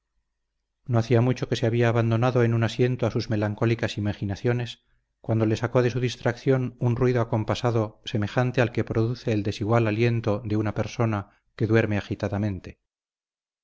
no hacía mucho que se había abandonado en un asiento a sus melancólicas imaginaciones cuando le sacó de su distracción un ruido acompasado semejante al que produce el desigual aliento de una persona que duerme